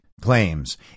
claims